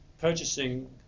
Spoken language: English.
purchasing